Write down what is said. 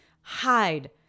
hide